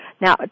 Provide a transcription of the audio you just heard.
Now